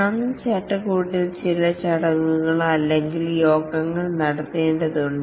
scrum ചട്ടക്കൂടിൽ ചില ചടങ്ങുകൾ അല്ലെങ്കിൽ യോഗങ്ങൾ നടത്തേണ്ടതുണ്ട്